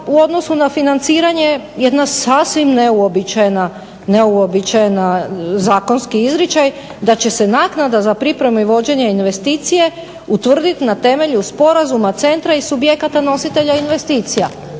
u odnosu na financiranje jedan sasvim neuobičajen zakonski izričaj da će se naknada za pripremu i vođenje investicije utvrdit ne temelju sporazuma centra i subjekata nositelja investicija.